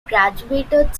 graduated